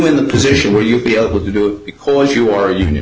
in the position where you'll be able to do it because you are union